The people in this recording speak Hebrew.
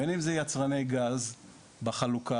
בין אם זה יצרני גז בחלוקה,